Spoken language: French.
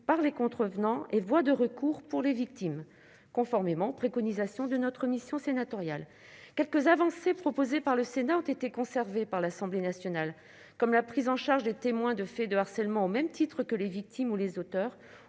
par les contrevenants et voies de recours pour les victimes, conformément aux préconisations de notre mission sénatoriale. Quelques avancées proposées par le Sénat ont été conservées par l'Assemblée nationale, comme la prise en charge des témoins de faits de harcèlement au même titre que les victimes ou les auteurs,